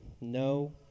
no